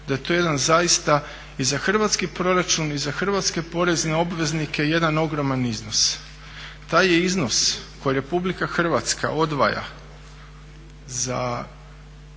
da je to jedan zaista i za hrvatski proračun i za hrvatske porezne obveznike jedan ogroman iznos. Taj je iznos koji Republika Hrvatska odvaja za